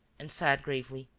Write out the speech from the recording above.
and said, gravely